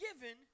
given